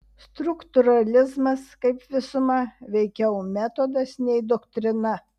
struktūralizmas kaip visuma veikiau metodas nei doktrina